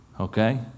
Okay